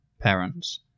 parents